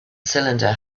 cylinder